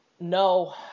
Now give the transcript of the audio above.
No